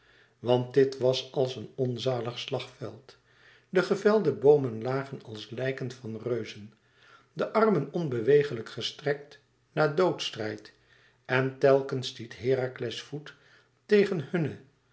want dit was als een onzalig slagveld de gevelde boomen lagen als lijken van reuzen de armen onbewegelijk gestrekt na doodstrijd en telkens stiet herakles voet tegen hunne